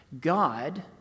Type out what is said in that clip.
God